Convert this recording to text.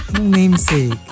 Namesake